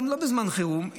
גם לא בזמן חירום,